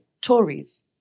Tories